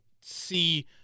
see